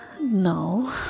No